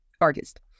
artist